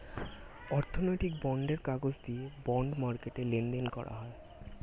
অর্থনৈতিক বন্ডের কাগজ দিয়ে বন্ড মার্কেটে লেনদেন করা হয়